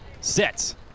sets